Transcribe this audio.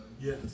Yes